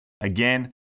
again